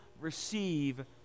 receive